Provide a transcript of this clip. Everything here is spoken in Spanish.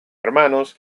hermanos